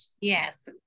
yes